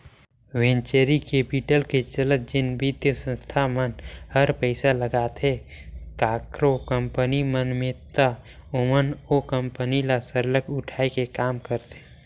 venture capital के चलत जेन बित्तीय संस्था मन हर पइसा लगाथे काकरो कंपनी मन में ता ओमन ओ कंपनी ल सरलग उठाए के काम करथे